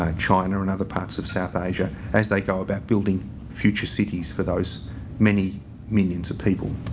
ah china and other parts of south asia as they go about building future cities for those many millions of people.